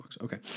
okay